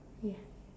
yes